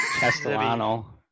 Castellano